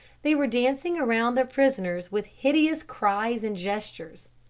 they were dancing around their prisoners with hideous cries and gestures.